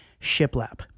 shiplap